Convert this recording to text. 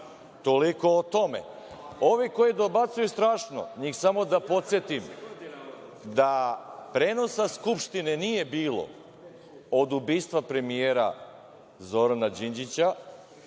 Toliko o tome. Ovi koji dobacuju – strašno, njih samo da podsetim, da prenosa Skupštine nije bilo od ubistva premijera Zorana Đinđića